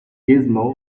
gizmo